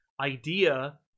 idea